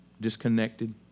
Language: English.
Disconnected